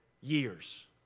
years